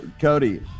Cody